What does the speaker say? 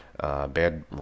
bad